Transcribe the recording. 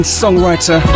songwriter